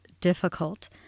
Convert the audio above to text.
difficult